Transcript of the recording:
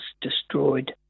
destroyed